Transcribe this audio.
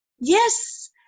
yes